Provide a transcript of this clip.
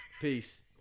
Peace